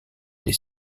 des